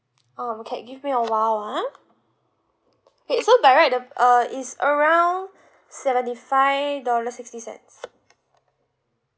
oh okay give me a while ah okay so by right the uh it's around seventy five dollar sixty cents